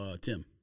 Tim